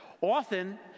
Often